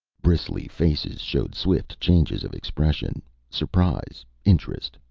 bristly faces showed swift changes of expression surprise, interest,